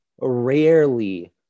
rarely